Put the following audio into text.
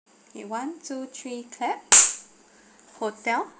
K one two three clap hotel